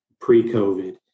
pre-COVID